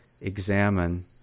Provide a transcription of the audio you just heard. examine